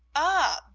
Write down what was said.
ah,